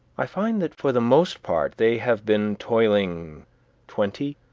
i find that for the most part they have been toiling twenty,